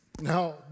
Now